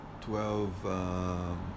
twelve